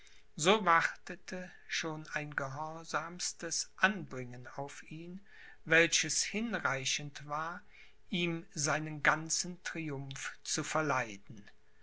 so wartete schon ein gehorsamstes anbringen auf ihn welches hinreichend war ihm seinen ganzen triumph zu verleiden